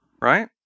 right